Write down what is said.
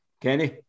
Kenny